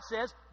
says